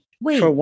Wait